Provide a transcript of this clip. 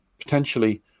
potentially